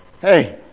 hey